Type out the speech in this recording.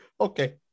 Okay